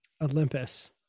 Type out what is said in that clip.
Olympus